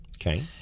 Okay